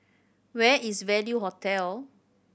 where is Value Hotel